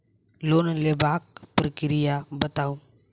Loan लेबाक प्रक्रिया बताऊ?